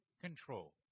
control